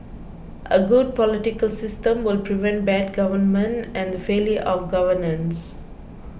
a good political system will prevent bad government and the failure of governance